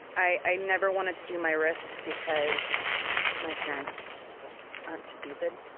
i i never wanted to do my wrists because my parents aren't stupid,